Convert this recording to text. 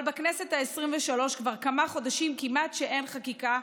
אבל בכנסת העשרים-ושלוש כבר כמה חודשים כמעט שאין חקיקה,